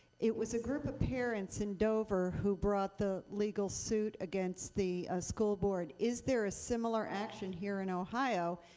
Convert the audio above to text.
it was a group of parents in dover who brought the legal suit against the school board. is there a similar action here in ohio?